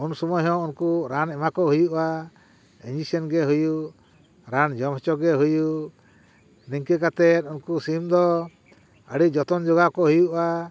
ᱩᱱᱥᱩᱢᱟᱹᱭ ᱦᱚᱸ ᱩᱱᱠᱩ ᱨᱟᱱ ᱮᱢᱟ ᱠᱚ ᱦᱩᱭᱩᱜᱼᱟ ᱤᱧᱡᱤᱥᱮᱱ ᱜᱮ ᱦᱩᱭᱩᱜ ᱨᱟᱱ ᱡᱚᱢ ᱦᱚᱪᱚᱜᱮ ᱦᱩᱭᱩᱜ ᱱᱤᱝᱠᱟᱹ ᱠᱟᱛᱮᱫ ᱩᱱᱠᱩ ᱥᱤᱢ ᱫᱚ ᱟᱹᱰᱤ ᱡᱚᱛᱚᱱ ᱡᱚᱜᱟᱣ ᱠᱚ ᱦᱩᱭᱩᱜᱼᱟ